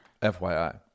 FYI